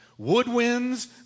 woodwinds